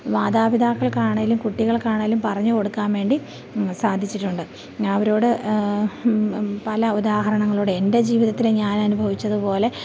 മാതാപിതാക്കൾക്കാണേലും കുട്ടികൾക്കാണേലും പറഞ്ഞുകൊടുക്കാൻ വേണ്ടി സാധിച്ചിട്ടുണ്ട് അവരോട് പല ഉദാഹരണങ്ങളുടെ എൻ്റെ ജീവിതത്തില് ഞാൻ അനുഭവിച്ചത് പോലെ